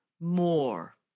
more